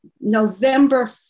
November